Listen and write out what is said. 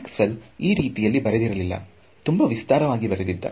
Max well ಈ ರೀತಿಯಲ್ಲಿ ಬರೆದಿರಲಿಲ್ಲ ತುಂಬಾ ವಿಸ್ತಾರವಾಗಿ ಬರೆದಿದ್ದ